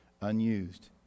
unused